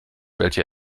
welche